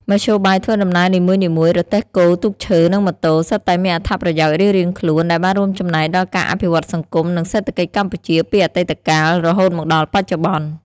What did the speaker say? មធ្យោបាយធ្វើដំណើរនីមួយៗ រទេះគោ ទូកឈើ និងម៉ូតូ សុទ្ធតែមានអត្ថប្រយោជន៍រៀងៗខ្លួនដែលបានរួមចំណែកដល់ការអភិវឌ្ឍសង្គម និងសេដ្ឋកិច្ចកម្ពុជាពីអតីតកាល រហូតមកដល់បច្ចុប្បន្ន ។